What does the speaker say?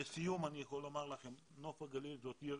לסיום אני יכול לומר לכם שנוף הגליל היא עיר